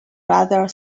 rather